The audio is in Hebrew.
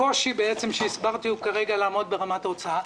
הקושי שהסברתי הוא כרגע לעמוד ברמת ההוצאה.